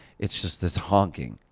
it's just this honking.